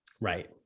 Right